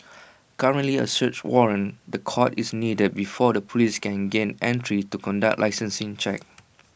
currently A search warrant the courts is needed before the Police can gain entry to conduct licensing checks